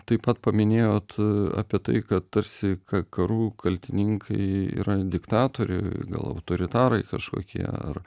taip pat paminėjot apie tai kad tarsi ka karų kaltininkai yra diktatoriai gal autoritarai kažkokie ar